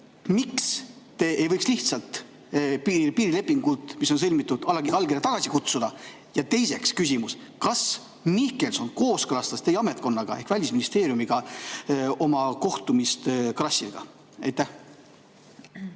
miks te ei võiks lihtsalt piirilepingult, mis on sõlmitud, allkirja tagasi kutsuda. Ja teiseks küsimus: kas Mihkelson kooskõlastas teie ametkonnaga ehk Välisministeeriumiga oma kohtumise Karassiniga? Suur